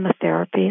therapy